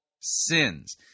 sins